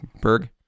Berg